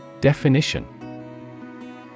Definition